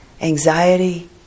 Anxiety